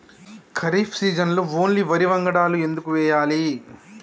ఖరీఫ్ సీజన్లో ఓన్లీ వరి వంగడాలు ఎందుకు వేయాలి?